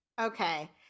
Okay